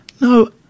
No